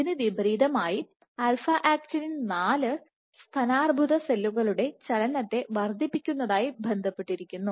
ഇതിനു വിപരീതമായി alpha actinin 4 α actinin 4സ്തനാർബുദ സെല്ലുകളുടെ ചലനത്തെ വർദ്ധിപ്പിക്കുന്നതുമായി ബന്ധപ്പെട്ടിരിക്കുന്നു